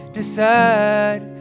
decide